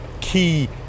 key